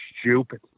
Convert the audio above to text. stupid